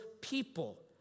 people